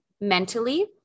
mentally